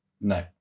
no